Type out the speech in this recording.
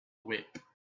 whip